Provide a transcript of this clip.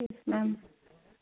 yes ma'am